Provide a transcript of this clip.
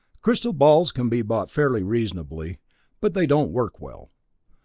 crystal balls can be bought fairly reasonably but they don't work well.